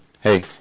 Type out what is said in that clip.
Hey